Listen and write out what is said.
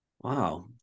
Wow